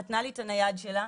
נתנה לי את הנייד שלה,